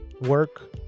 Work